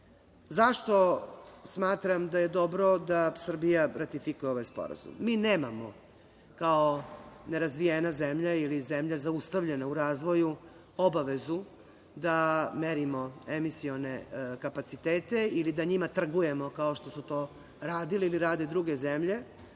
smatram da je dobro da Srbija ratifikuje ovaj sporazum? Mi nemamo kao nerazvijena zemlja ili zemlja zaustavljena u razvoju obavezu da merimo emisione kapacitete ili da njima trgujemo, kao što su to radile ili rade druge zemlje,